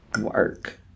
Work